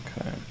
Okay